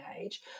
age